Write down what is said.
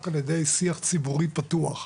רק על ידי שיח ציבורי פתוח.